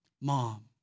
Mom